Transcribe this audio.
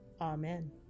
Amen